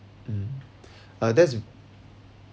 mm uh that's